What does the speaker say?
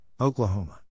Oklahoma